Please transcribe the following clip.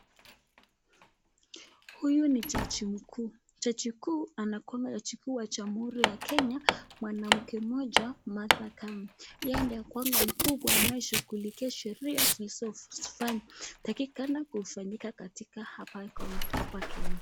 Huyu ni jaji mkuu jaji mkuu anakuanga na WA juu ya jamhuri ya kenya mwanamke moja Martha koome yeye anakuanga mkubwa anashughulikia Sheria inatakikana kufanyika hapa Kenya.